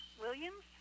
Williams